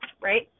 right